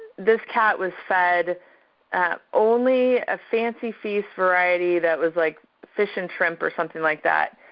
this cat was fed only a fancy feast variety that was like fish and shrimp or something like that,